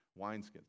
wineskins